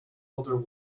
older